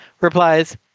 replies